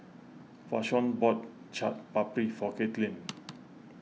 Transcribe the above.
Vashon bought Chaat Papri for Kaitlyn